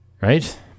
Right